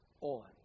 on